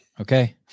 okay